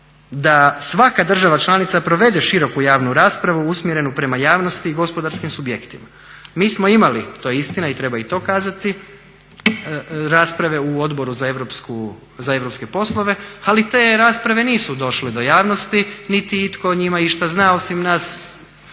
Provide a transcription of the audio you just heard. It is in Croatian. da svaka država članica provede široku javnu raspravu usmjerenu prema javnosti i gospodarskim subjektima. Mi smo imali to je istina i treba i to kazati rasprave u Odboru za europske poslove, ali te rasprave nisu došle do javnosti, niti itko o njima išta zna osim nas